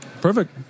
Perfect